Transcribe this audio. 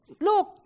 look